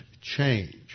change